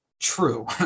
true